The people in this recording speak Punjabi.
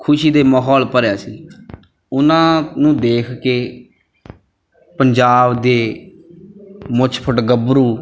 ਖੁਸ਼ੀ ਦੇ ਮਾਹੌਲ ਭਰਿਆ ਸੀ ਉਹਨਾਂ ਨੂੰ ਦੇਖ ਕੇ ਪੰਜਾਬ ਦੇ ਮੁੱਛ ਫੁੱਟ ਗੱਭਰੂ